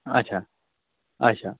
اَچھا اَچھا